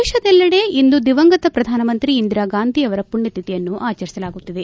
ದೇಶದೆಲ್ಲೆಡೆ ಇಂದು ದಿವಂಗತ ಪ್ರಧಾನ ಮಂತ್ರಿ ಇಂದಿರಾಗಾಂಧಿ ಅವರ ಮಣ್ತಿಥಿಯನ್ನು ಅಚರಿಸಲಾಗುತ್ತಿದೆ